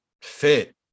fit